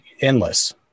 endless